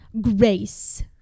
Grace